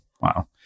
Wow